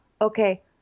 okay